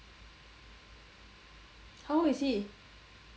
how old is he